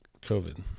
COVID